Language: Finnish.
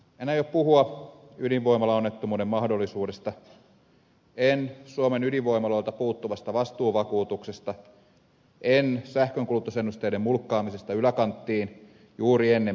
en aio puhua ydinvoimalaonnettomuuden mahdollisuudesta en suomen ydinvoimaloilta puuttuvasta vastuuvakuutuksesta en sähkönkulutusennusteiden mulkkaamisesta yläkanttiin juuri ennen päätöstä